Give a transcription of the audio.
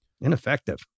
ineffective